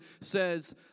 says